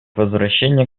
возвращения